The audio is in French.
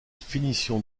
finition